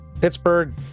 pittsburgh